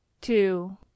Two